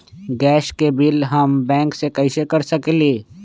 Gas के बिलों हम बैंक से कैसे कर सकली?